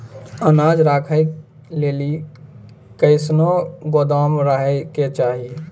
अनाज राखै लेली कैसनौ गोदाम रहै के चाही?